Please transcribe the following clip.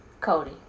Cody